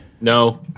No